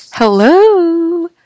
Hello